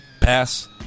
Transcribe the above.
Pass